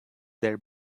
their